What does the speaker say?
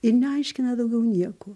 ir neaiškina daugiau nieko